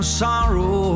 sorrow